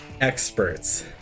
experts